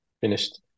Finished